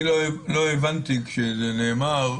לא הבנתי איזה סוג של הסמכה,